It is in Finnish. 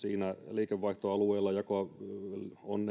liikevaihtoalueella joka on